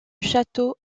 château